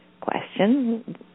question